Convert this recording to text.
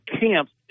camps